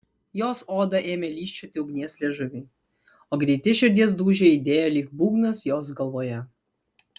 jos odą ėmė lyžčioti ugnies liežuviai o greiti širdies dūžiai aidėjo lyg būgnas jos galvoje